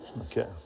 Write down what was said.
Okay